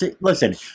Listen